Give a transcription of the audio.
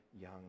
young